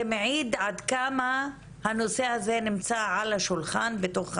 מעיד עד כמה הנושא הזה נמצא על השולחן בתוך המשרד.